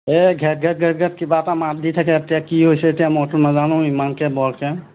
এই ঘেট ঘেট ঘেট ঘেট কিবা এটা মাত দি থাকে এতিয়া কি হৈছে এতিয়া মইটো নাজানো ইমানকৈ বৰকৈ